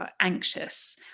anxious